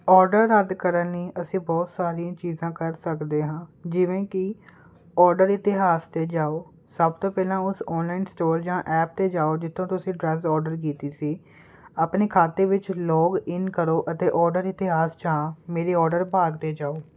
order ਰੱਦ ਕਰਨ ਲਈ ਅਸੀਂ ਬਹੁਤ ਸਾਰੀਆਂ ਚੀਜ਼ਾਂ ਕਰ ਸਕਦੇ ਹਾਂ ਜਿਵੇਂ ਕੀ ਓਡਰ ਇਤਿਹਾਸ ਤੇ ਜਾਓ ਸਭ ਤੋਂ ਪਹਿਲਾਂ ਉਸ ਔਨਲਾਈਨ ਸਟੋਰ ਜਾਂ ਐਪ ਤੇ ਜਾਓ ਜਿੱਥੋਂ ਤੁਸੀਂ ਡਰੈਸ ਓਡਰ ਕੀਤੀ ਸੀ ਆਪਣੇ ਖਾਤੇ ਵਿੱਚ ਲੌਗਇਨ ਕਰੋ ਅਤੇ ਓਡਰ ਇਤਿਹਾਸ ਜਾਂ ਮੇਰੇ ਓਡਰ ਭਾਗ ਤੇ ਜਾਓ